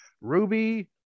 Ruby